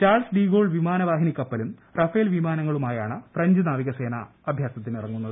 Charles de Gaulle വിമാന വാഹിനി കപ്പലും റഫേൽ വിമാനങ്ങളുമായാണ് ഫ്രഞ്ച് നാവികസേന അഭ്യാസത്തിനിറങ്ങുന്നത്